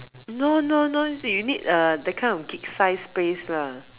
no no no eh you need uh that kind of big size space lah